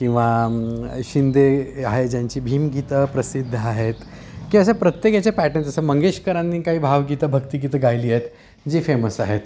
किंवा शिंदे ए आहे ज्यांची भीमगीतं प्रसिद्ध आहेत की अशा प्रत्येक याचे पॅटन जसं मंगेशकरांनी काही भावगीतं भक्तिगीतं गायली आहेत जी फेमस आहेत